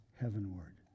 heavenward